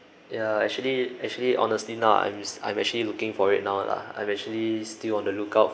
ya actually actually honestly now I'm I'm actually looking for it now lah I'm actually still on the lookout